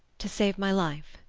to save my life.